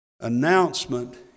announcement